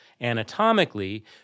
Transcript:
anatomically